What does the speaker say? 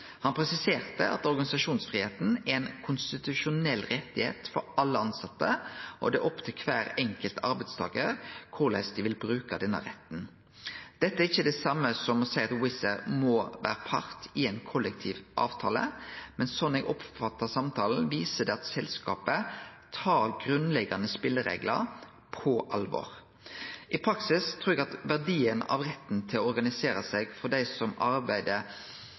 Han presiserte at organisasjonsfridomen er ein konstitusjonell rett for alle tilsette, og det er opp til kvar enkelt arbeidstakar korleis ein vil bruke denne retten. Dette er ikkje det same som å seie at Wizz Air må vere part i ein kollektiv avtale, men sånn eg oppfatta samtalen, viser det at selskapet tar grunnleggjande spelereglar på alvor. I praksis trur eg at verdien av retten til å organisere seg for dei som arbeider